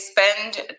spend